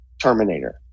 Terminator